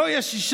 לא יהיו שישה,